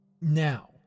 Now